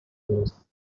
those